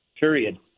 Period